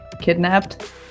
kidnapped